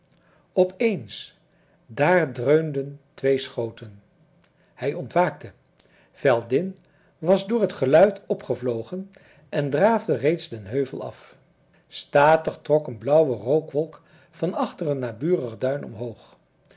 op eens daar dreunden twee schoten hij ontwaakte veldin was door het geluid opgevlogen en draafde reeds den heuvel af statig trok een blauwe rookwolk van achter een naburig duin omhoog